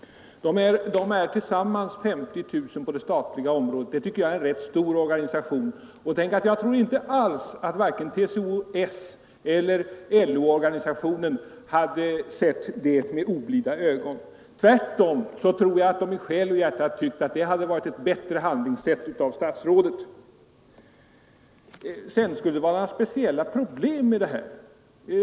De båda organisationerna har tillsammans 50 000 ledamöter på det statliga området. Det tycker jag är rätt mycket, och jag tror inte alls att vare sig TCO-S eller LO-organisationen hade sett med oblida ögon att SACO och SR fått en representant; tvärtom tror jag järta skulle ha tyckt att det hade varit ett bättre att de i handlingssätt av statsrådet. Sedan sade statsrådet att det skulle vara speciella problem förknippade med att ge de båda organisationerna representation.